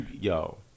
yo